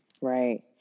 Right